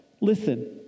Listen